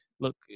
Look